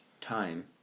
time